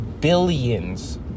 billions